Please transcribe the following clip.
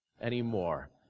anymore